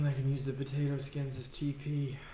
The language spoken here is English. can use the potato skins as tp.